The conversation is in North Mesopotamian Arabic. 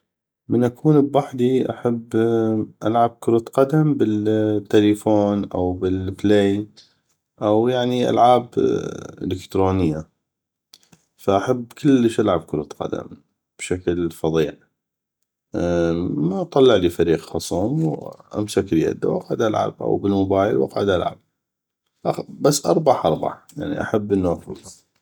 من اكون ببحدي احب العب كرة قدم بالتلفون أو بالبلي أو يعني العاب الكترونيه ف احب كلش العب كرة قدم بشكل فضيع اطلعلي فريق خصم وامسك اليده واقعد العب أو بالمبايل واقعد العب بس اربح اربح يعني احب انو افوز